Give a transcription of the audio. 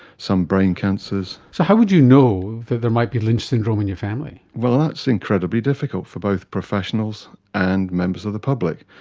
some brain cancers. so how would you know that there might be lynch syndrome in your family? well that's incredibly difficult for both professionals and members of the public.